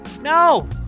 No